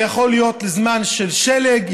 זה יכול להיות לזמן של שלג,